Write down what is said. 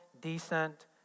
decent